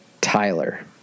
Tyler